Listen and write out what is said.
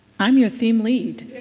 i'm your theme lead,